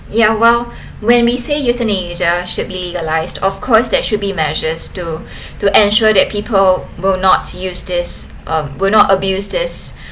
ya well when we say euthanasia should be legalised of course that should be measures to to ensure that people will not use this uh will not abuse this